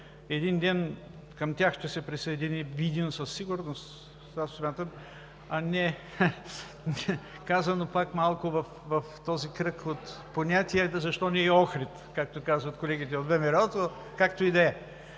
Един ден към тях ще се присъедини Видин със сигурност, така смятам, а казано пак малко в този кръг от понятия, защо не и Охрид, както казват колегите от ВМРО?! (Шум и